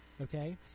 Okay